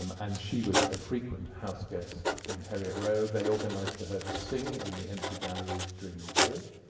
um and she was a frequent houseguest in harriet row. they organized for her to sing in the empty galleries during the war,